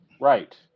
right